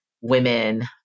women